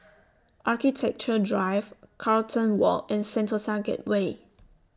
Architecture Drive Carlton Walk and Sentosa Gateway